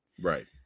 Right